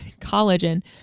collagen